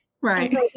Right